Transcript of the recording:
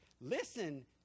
Listen